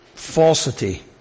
Falsity